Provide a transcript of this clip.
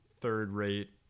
third-rate